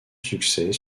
succès